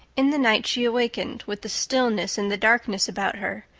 in the night she awakened, with the stillness and the darkness about her,